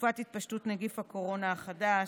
בתקופת התפשטות נגיף הקורונה החדש,